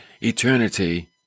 eternity